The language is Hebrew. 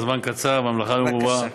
הזמן קצר והמלאכה מרובה,